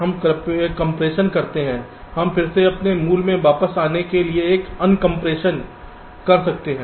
हम कंप्रेशन करते हैं हम फिर से अपने मूल में वापस आने के लिए एक अनकंप्रेशन कर सकते हैं